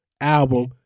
album